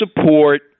support